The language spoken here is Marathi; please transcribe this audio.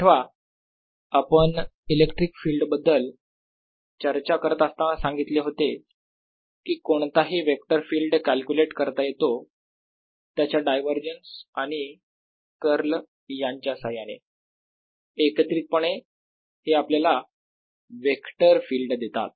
आठवा आपण इलेक्ट्रिक फील्ड बद्दल चर्चा करत असताना सांगितले होते की कोणताही वेक्टर फिल्ड कॅल्क्युलेट करता येतो त्याच्या डायवरजन्स आणि कर्ल यांच्या साह्याने एकत्रितपणे हे आपल्याला वेक्टर फील्ड देतात